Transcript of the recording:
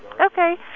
okay